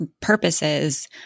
purposes